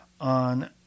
on